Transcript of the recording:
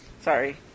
Sorry